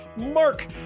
Mark